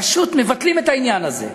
פשוט מבטלים את העניין הזה.